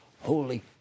holy